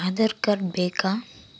Aadhaar card ಬೇಕಾ?